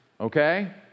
okay